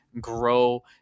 grow